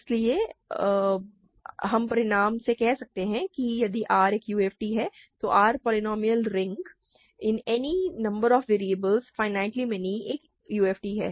इसलिए हम परिणाम से कह सकते हैं कि यदि R एक UFD है तो R polynomial ring in any number of variables finitely many एक UFD है